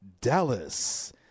Dallas